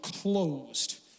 closed